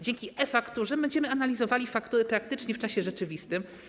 Dzięki e-fakturze będziemy analizowali faktury praktycznie w czasie rzeczywistym.